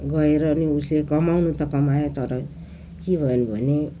गएर नि उसले कमाउनु त कमायो तर के भयो भने